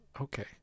okay